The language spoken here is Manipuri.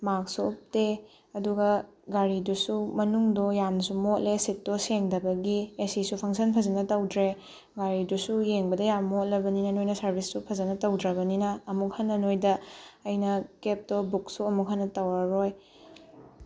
ꯃꯥꯛꯁꯁꯨ ꯎꯞꯇꯦ ꯑꯗꯨꯒ ꯒꯥꯔꯤꯗꯨꯁꯨ ꯃꯅꯨꯡꯗꯣ ꯌꯥꯝꯅꯁꯨ ꯃꯣꯠꯂꯦ ꯁꯤꯠꯇꯣꯁꯦꯡꯗꯕꯒꯤ ꯑꯦ ꯁꯤꯁꯨ ꯐꯪꯁꯟ ꯐꯖꯅ ꯇꯧꯗ꯭ꯔꯦ ꯒꯥꯔꯤꯗꯨꯁꯨ ꯌꯦꯡꯕꯗ ꯌꯥꯝ ꯃꯣꯠꯂꯕꯅꯤꯅ ꯅꯣꯏꯅ ꯁꯔꯚꯤꯁꯁꯨ ꯐꯖꯅ ꯇꯧꯗ꯭ꯔꯕꯅꯤꯅ ꯑꯃꯨꯛꯍꯟꯅ ꯅꯣꯏꯗ ꯑꯩꯅ ꯀꯦꯕꯇꯣ ꯕꯨꯛꯁꯨ ꯑꯃꯨꯛꯍꯟꯅ ꯇꯧꯔꯔꯣꯏ